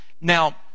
Now